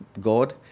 God